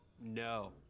No